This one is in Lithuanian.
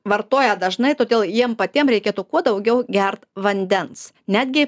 vartoja dažnai todėl jiem patiem reikėtų kuo daugiau gert vandens netgi